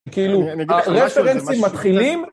‫כאילו, הרפרנסים מתחילים